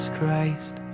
Christ